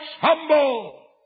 humble